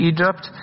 Egypt